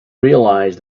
realize